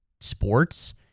sports